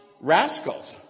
rascals